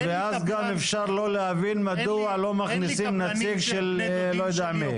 אז גם אפשר לא להבין מדוע לא מכניסים נציג של לא יודע מי.